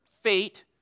fate